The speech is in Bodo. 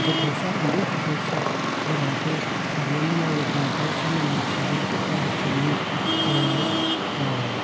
गथ'सा उन्दै गथ'साफोराबो खारनानै नायोब्ला गावसोरनो मोन्थिगोन जे गावसोरनि अ